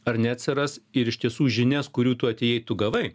ar neatsiras ir iš tiesų žinias kurių tu atėjai tu gavai